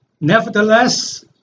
nevertheless